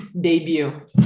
debut